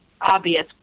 obvious